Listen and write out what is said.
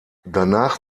danach